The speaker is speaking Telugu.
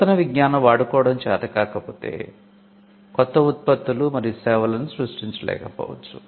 నూతన విజ్ఞానం వాడుకోవడం చేత కాకపోతే క్రొత్త ఉత్పత్తులు మరియు సేవలను సృష్టించలేక పోవచ్చు